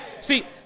See